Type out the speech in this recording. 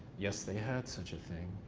yes they had such a thing.